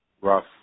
rough